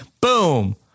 Boom